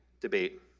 debate